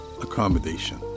accommodation